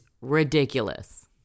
ridiculous